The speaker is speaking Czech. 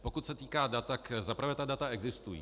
Pokud se týká dat, za prvé ta data existují.